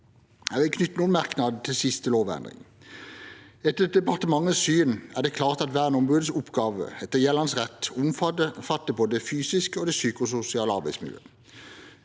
Jeg vil knytte noen merknader til den siste lovendringen. Etter departementets syn er det klart at verneombudets oppgaver etter gjeldende rett omfatter både det fysiske og det psykososiale arbeidsmiljøet.